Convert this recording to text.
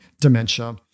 dementia